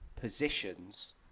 positions